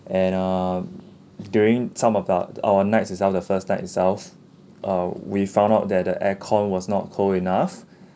and err during some of our our nights itself the first night itself uh we found out that the air con was not cold enough